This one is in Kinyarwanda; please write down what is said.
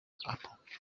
apple